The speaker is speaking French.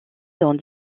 dans